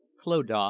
Clodagh